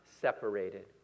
separated